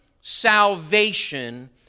salvation